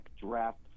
draft